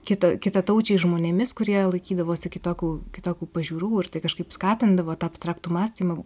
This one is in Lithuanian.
kita kitataučiais žmonėmis kurie laikydavosi kitokių kitokių pažiūrų ir tai kažkaip skatindavo tą abstraktų mąstymą o